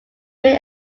real